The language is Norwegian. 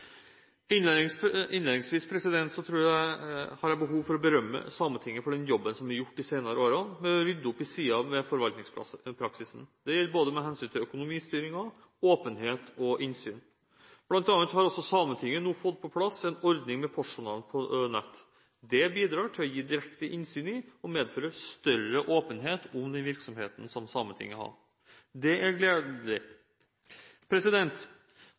Innlednings vis har jeg behov for å berømme Sametinget for den jobben som er gjort de senere årene med å rydde opp i sider ved forvaltningspraksisen. Det gjelder både økonomistyring, åpenhet og innsyn. Blant annet har også Sametinget nå fått på plass en ordning med postjournal på nett. Dette bidrar til å gi direkte innsyn i, og medfører større åpenhet om, den virksomheten som Sametinget har. Det er gledelig.